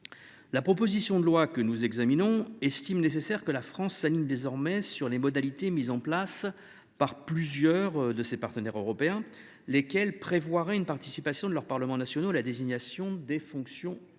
la proposition de loi estiment nécessaire que la France s’aligne désormais sur les modalités mises en œuvre par plusieurs de nos partenaires européens, lesquelles prévoient une participation des parlements nationaux à la désignation des candidats aux